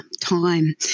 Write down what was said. time